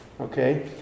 Okay